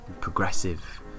progressive